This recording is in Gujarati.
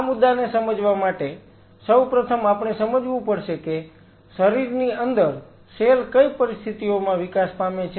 આ મુદ્દાને સમજવા માટે સૌ પ્રથમ આપણે સમજવું પડશે કે શરીરની અંદર સેલ કઈ પરિસ્થિતિઓમાં વિકાસ પામે છે